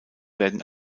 werden